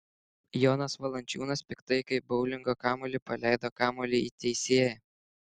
jonas valančiūnas piktai kaip boulingo kamuolį paleido kamuolį į teisėją